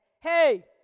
hey